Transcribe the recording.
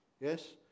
Yes